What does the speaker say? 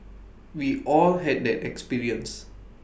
we all had that experience